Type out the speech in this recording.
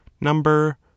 number